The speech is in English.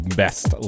best